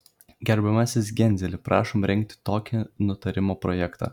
gerbiamasis genzeli prašom rengti tokį nutarimo projektą